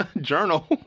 journal